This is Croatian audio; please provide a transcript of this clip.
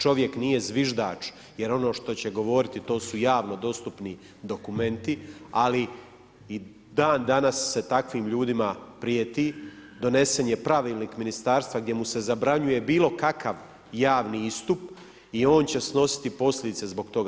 Čovjek nije zviždač, jer ono što će govoriti to su javno dostupni dokumenti, ali i dan danas se takvim ljudima prijeti, donesen je pravilnik Ministarstva, gdje mu se zabranjuje bilo kakav javni istup i on će snositi posljedice zbog toga.